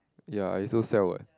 ya I also sell what